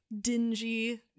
dingy